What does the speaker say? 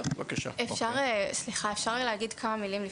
אפשר להגיד כמה מילים?